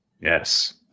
Yes